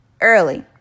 early